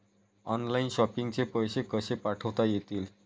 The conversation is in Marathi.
ऑनलाइन शॉपिंग चे पैसे कसे पाठवता येतील?